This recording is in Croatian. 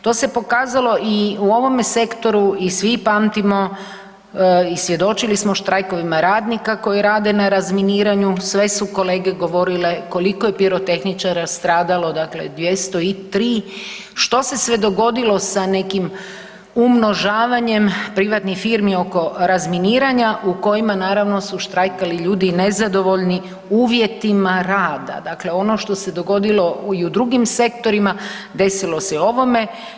To se pokazalo i u ovome sektoru i svi pamtimo i svjedočili smo štrajkovima radnika koji rade na razminiranju, sve su kolege govorile koliko je pirotehničara stradalo, dakle 203, što se sve dogodilo sa nekim umnožavanjem privatnih firmi oko razminiranja u kojima su naravno štrajkali ljudi nezadovoljni uvjetima rada, dakle ono što se dogodilo i u drugim sektorima desilo se i u ovome.